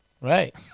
Right